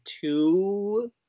two